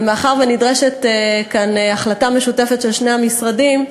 ומאחר שנדרשת כאן החלטה משותפת של שני המשרדים,